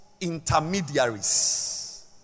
intermediaries